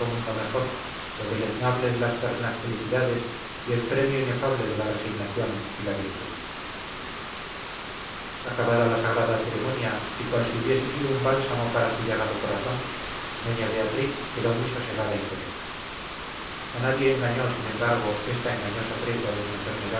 mundo mejor lo deleznable de las terrenas felicidades y el premio inefable de la resignación y la virtud acabada la sagrada ceremonia y cual si hubiese sido un bálsamo para su llagado corazón doña beatriz quedó muy sosegada y serena a nadie engañó sin embargo esta engañosa tregua de su enfermedad